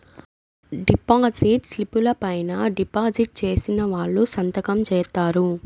deposit స్లిపుల పైన deposit చేసిన వాళ్ళు సంతకం జేత్తారు